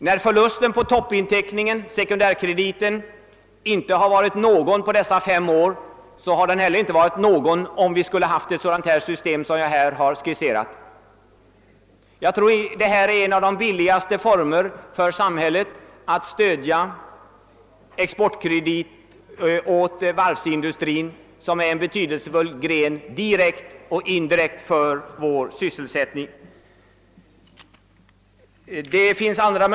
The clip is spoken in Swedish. När förlusten på sekundärkrediten har varit obefintlig under dessa fem år skulle den också ha varit obefintlig med ett system av det slag jag nu skisserat. Jag tror att detta är en av de billigaste formerna för samhället då det gäller att lämna exportkredit åt varvsindustrin, som är en betydelsefull gren för vår sysselsättning direkt och indirekt.